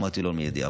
אמרתי לו: מיידי.